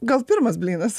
gal pirmas blynas